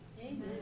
amen